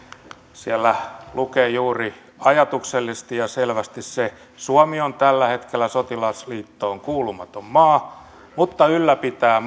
siellä lukee juuri ajatuksellisesti ja selvästi se suomi on tällä hetkellä sotilasliittoon kuulumaton maa mutta ylläpitää